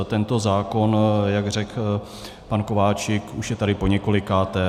Tento zákon, jak řekl pan Kováčik, už je tady poněkolikáté.